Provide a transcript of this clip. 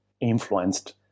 influenced